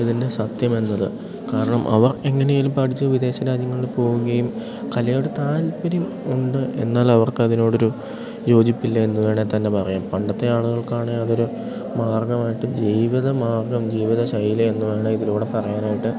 ഇതിൻ്റെ സത്യം എന്നതു കാരണം അവർ എങ്ങനെയെങ്കിലും പഠിച്ച് വിദേശ രാജ്യങ്ങളിൽ പോകുകയും കലയോടു താൽപര്യം ഉണ്ട് എന്നാൽ അവർക്ക് അതിനോടൊരു യോജിപ്പില്ല എന്നു വേണേൽ തന്നെ പറയാം പണ്ടത്തെ ആളുകൾക്കാണേ അതൊരു മാർഗ്ഗമായിട്ട് ജീവിത മാർഗ്ഗം ജീവിത ശൈലി എന്നു വേണേൽ ഇതിലൂടെ പറയാനായിട്ട്